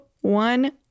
one